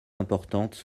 importantes